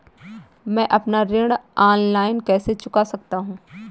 मैं अपना ऋण ऑनलाइन कैसे चुका सकता हूँ?